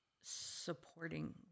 supporting